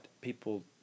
people